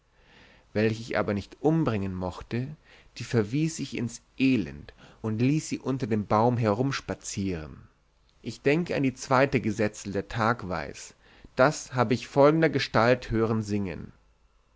welche ich aber nicht umbringen mochte die verwies ich ins elend und ließ sie unter dem baum herumspazieren ich denke an das zweite gesetzel der tagweis das hab ich folgender gestalt hören singen